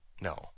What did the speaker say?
No